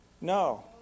No